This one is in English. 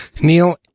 Neil